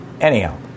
anyhow